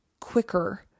quicker